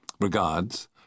Regards